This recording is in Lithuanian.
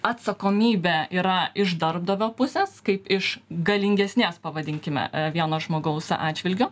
atsakomybė yra iš darbdavio pusės kaip iš galingesnės pavadinkime vieno žmogaus atžvilgiu